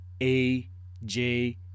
AJ